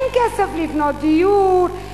אין כסף לקנות דיור,